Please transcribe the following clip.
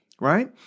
right